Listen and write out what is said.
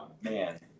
man